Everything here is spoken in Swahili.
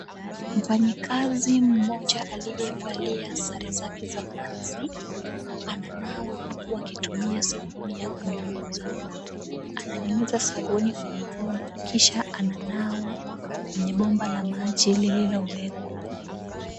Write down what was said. Mfanyikazi mmoja aliyevalia sare zake za kazi ananawa kutumia sabuni ya kunyunyuza. Ananyunyuzia mkono kisha kunawa kwenye bomba la maji lililowekwa.